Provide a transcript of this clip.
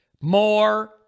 more